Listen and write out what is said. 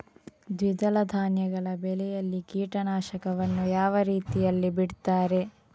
ದ್ವಿದಳ ಧಾನ್ಯಗಳ ಬೆಳೆಯಲ್ಲಿ ಕೀಟನಾಶಕವನ್ನು ಯಾವ ರೀತಿಯಲ್ಲಿ ಬಿಡ್ತಾರೆ?